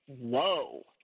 whoa